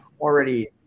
already